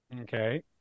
Okay